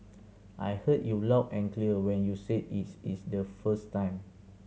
I heard you loud and clear when you said is is the first time